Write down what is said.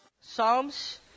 Psalms